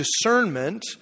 discernment